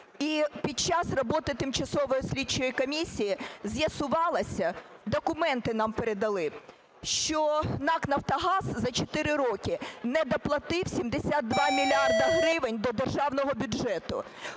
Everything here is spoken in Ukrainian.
І під час роботи тимчасової слідчої комісії з'ясувалося, документи нам передали, що НАК "Нафтогаз" за 4 роки недоплатив 72 мільярди гривень до державного бюджету.